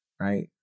Right